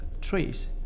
trees